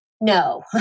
No